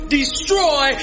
destroy